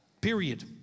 period